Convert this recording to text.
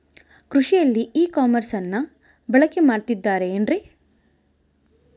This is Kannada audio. ಕೃಷಿಯಲ್ಲಿ ಇ ಕಾಮರ್ಸನ್ನ ಬಳಕೆ ಮಾಡುತ್ತಿದ್ದಾರೆ ಏನ್ರಿ?